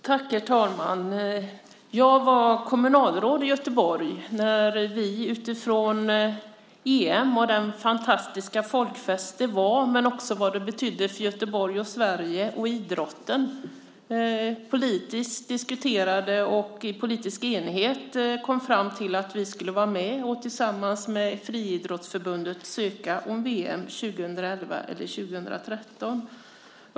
Herr talman! Jag var kommunalråd i Göteborg när vi utifrån EM och den fantastiska folkfest som det var, men också vad det betydde för Göteborg och Sverige och för idrotten, diskuterade och i politisk enighet kom fram till att vi skulle vara med och tillsammans med Friidrottsförbundet ansöka om VM 2011 eller 2013.